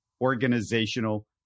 organizational